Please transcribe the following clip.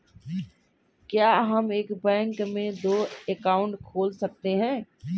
क्या हम एक बैंक में दो अकाउंट खोल सकते हैं?